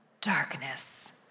Darkness